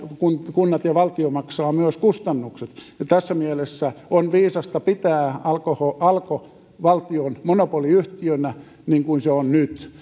kunnat ja valtio maksavat myös kustannukset ja tässä mielessä on viisasta pitää alko alko valtion monopoliyhtiönä niin kuin se on nyt